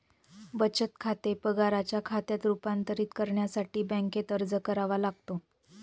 बचत खाते पगाराच्या खात्यात रूपांतरित करण्यासाठी बँकेत अर्ज करावा लागतो